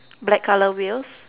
black colour wheels